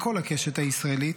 מכל הקשת הישראלית,